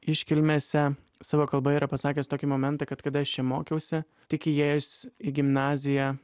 iškilmėse savo kalboje yra pasakęs tokį momentą kad kada aš čia mokiausi tik įėjus į gimnaziją